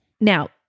Now